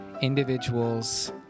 individuals